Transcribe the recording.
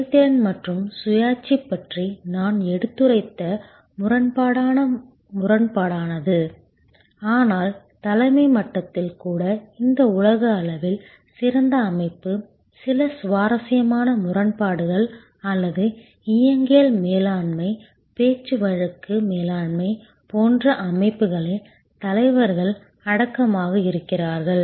செயல்திறன் மற்றும் சுயாட்சி பற்றி நான் எடுத்துரைத்த முரண்பாடான முரண்பாடானது ஆனால் தலைமை மட்டத்தில் கூட இந்த உலக அளவில் சிறந்த அமைப்பு சில சுவாரசியமான முரண்பாடுகள் அல்லது இயங்கியல் மேலாண்மை பேச்சுவழக்கு மேலாண்மை போன்ற அமைப்புகளில் தலைவர்கள் அடக்கமாக இருக்கிறார்கள்